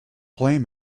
blame